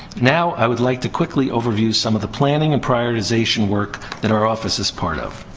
now, i would like to quickly overview some of the planning and prioritization work that our office is part of.